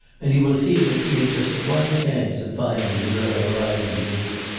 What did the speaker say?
and you will see that we had just one chance of finding the girl alive in geneva.